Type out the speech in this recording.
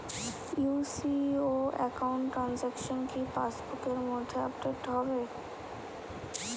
UCO account transaction কি pass বুকের মধ্যে আপডেট হবে?